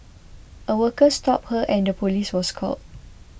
a worker stopped her and the police was called